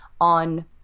on